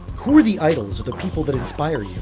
who are the idols or the people that inspire you?